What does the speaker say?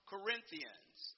Corinthians